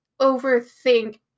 overthink